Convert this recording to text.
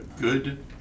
good